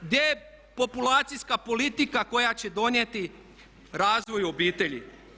Gdje je populacijska politika koja će donijeti razvoj u obitelji?